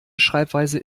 schreibweise